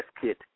kit